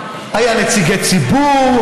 היו נציגי ציבור.